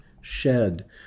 shed